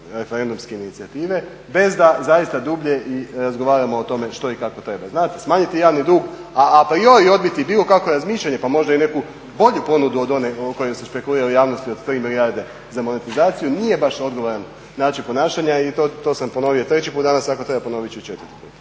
referendumske inicijative bez da zaista dublje i razgovaramo o tome što i kako treba. Znate, smanjiti javni dug a apriori odbiti bilo kakvo razmišljanje pa možda i neku bolju ponudu od one o kojoj se špekuliralo u javnosti od 3 milijarde za monetizaciju nije baš odgovoran način ponašanja i to sam ponovio treći put danas, ako treba ponoviti ću i četvrti put.